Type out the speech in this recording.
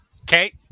Okay